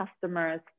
customers